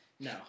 No